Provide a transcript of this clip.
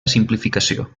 simplificació